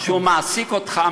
שהוא מעסיק אותך,